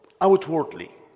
outwardly